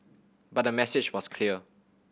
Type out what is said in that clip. but the message was clear